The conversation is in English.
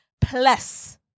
Plus